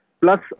Plus